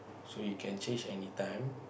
so you can change anytime